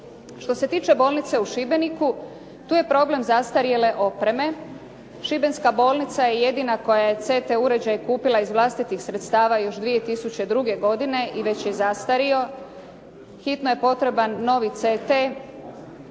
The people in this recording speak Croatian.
Što se tiče bolnice u Šibeniku tu je problem zastarjele opreme. Šibenska bolnica je jedina koja je CT uređaj kupila iz vlastitih sredstava još 2002. godine i već je zastario, hitno je potreban novi CT